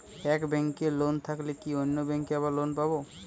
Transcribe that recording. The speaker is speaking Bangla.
এক ব্যাঙ্কে লোন থাকলে কি অন্য ব্যাঙ্কে আবার লোন পাব?